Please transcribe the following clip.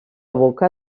boca